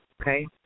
okay